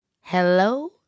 Hello